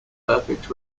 perfect